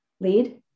Lead